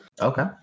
Okay